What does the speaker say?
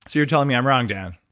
you're telling me i'm wrong, dan?